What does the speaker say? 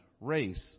race